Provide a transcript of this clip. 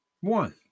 One